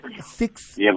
six